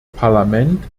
parlament